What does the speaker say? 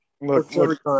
Look